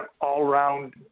all-round